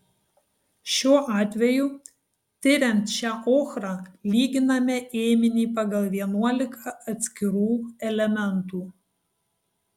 šiuo atveju tiriant šią ochrą lyginame ėminį pagal vienuolika atskirų elementų